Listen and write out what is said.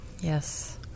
Yes